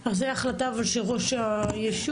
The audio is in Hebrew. אבל זו החלטה של ראש הישוב?